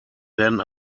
werden